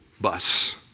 bus